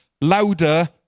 louder